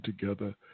together